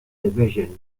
division